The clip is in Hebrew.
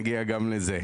נגיע גם לזה.